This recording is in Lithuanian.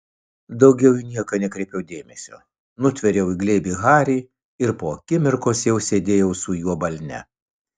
daugiau į nieką nekreipiau dėmesio nutvėriau į glėbį harį ir po akimirkos jau sėdėjau su juo balne